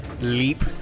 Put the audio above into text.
leap